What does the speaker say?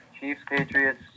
Chiefs-Patriots